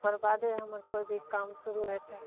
ओकर बादे हमर कोइ भी काम शुरू हेतय